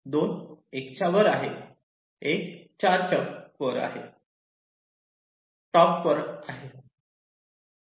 2 1 च्या वर आहे 1 4 च्या वर आहे टॉप वर आहे